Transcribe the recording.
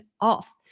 off